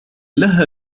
لها